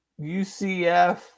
UCF